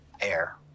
air